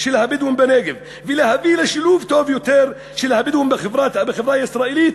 של הבדואים בנגב ולהביא לשילוב טוב יותר של הבדואים בחברה הישראלית.